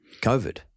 COVID